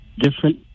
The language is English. different